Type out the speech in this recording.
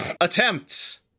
attempts